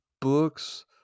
Books